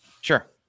Sure